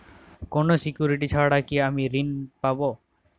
কোনো সিকুরিটি ছাড়া কি আমি ঋণ পাবো?